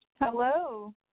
Hello